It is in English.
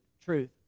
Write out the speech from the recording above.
truth